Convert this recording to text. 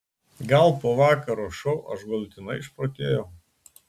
gal po vakaro šou aš galutinai išprotėjau